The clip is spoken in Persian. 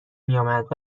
میآمد